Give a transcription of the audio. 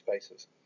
spaces